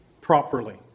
properly